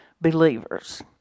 believers